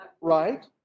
Right